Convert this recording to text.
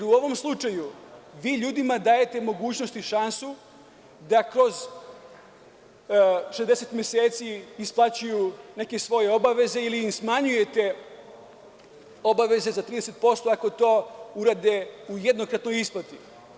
U ovom slučaju vi ljudima dajete mogućnost i šansu da kroz 60 meseci isplaćuju neke svoje obaveze ili im smanjujete obaveze za 30% ako to urade u jednokratnoj isplati.